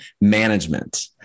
management